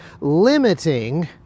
limiting